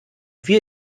wir